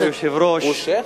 הוא שיח'?